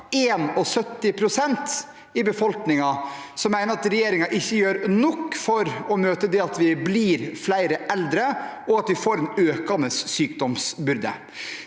71 pst. mener at regjeringen ikke gjør nok for å møte det at vi blir flere eldre, og at vi får en økende sykdomsbyrde.